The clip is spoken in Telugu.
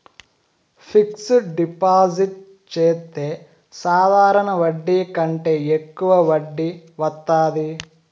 ఫిక్సడ్ డిపాజిట్ చెత్తే సాధారణ వడ్డీ కంటే యెక్కువ వడ్డీ వత్తాది